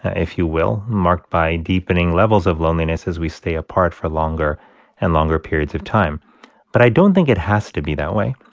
if you will, marked by deepening levels of loneliness as we stay apart for longer and longer periods of time but i don't think it has to be that way.